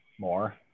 more